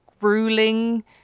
grueling